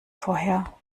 vorher